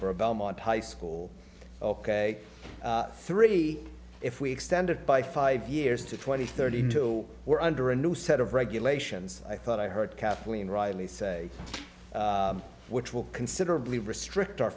for belmont high school ok three if we extend it by five years to twenty thirty two we're under a new set of regulations i thought i heard kathleen riley say which will considerably restrict o